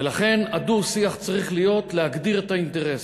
ולכן, הדו-שיח צריך להיות, להגדיר את האינטרסים.